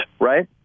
right